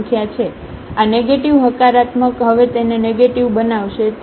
તેથી આ નેગેટીવ હકારાત્મક હવે તેને નેગેટીવ બનાવશે